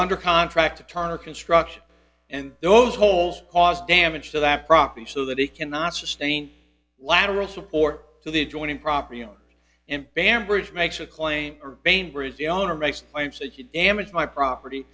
under contract to turner construction and those holes cause damage to that property so that it cannot sustain lateral support to the adjoining property and in banbridge makes a claim or bainbridge the owner makes claims that you damage my property